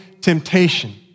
temptation